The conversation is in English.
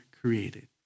created